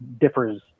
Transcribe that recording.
differs